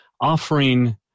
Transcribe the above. offering